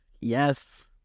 Yes